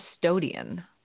custodian